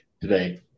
today